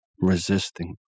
resisting